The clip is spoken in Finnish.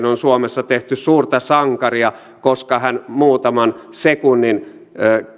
on suomessa tehty suurta sankaria koska hän muutaman sekunnin